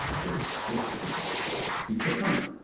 just click to flip back.